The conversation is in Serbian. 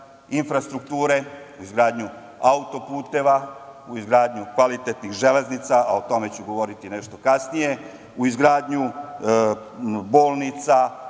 infrastrukture, u izgradnju autoputeva, u izgradnju kvalitetnih železnica, a o tome ću govoriti nešto kasnije, u izgradnju bolnica